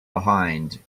behind